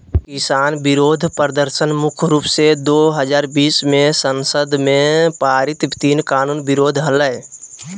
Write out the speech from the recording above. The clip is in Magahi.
किसान विरोध प्रदर्शन मुख्य रूप से दो हजार बीस मे संसद में पारित तीन कानून के विरुद्ध हलई